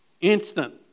instant